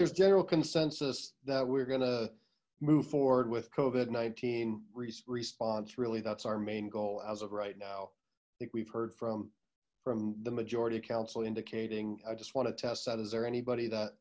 there's general consensus that we're gonna move forward with cove at nineteen reis response really that's our main goal as of right now i think we've heard from from the majority of council indicating i just want to test that is there anybody that